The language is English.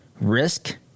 risk